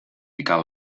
ficar